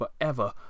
forever